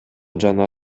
жана